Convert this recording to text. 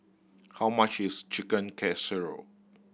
how much is Chicken Casserole